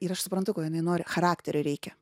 ir aš suprantu ko jinai nori charakterio reikia